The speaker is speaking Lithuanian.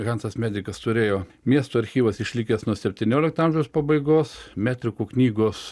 hansas medikas turėjo miesto archyvas išlikęs nuo septyniolikto amžiaus pabaigos metrikų knygos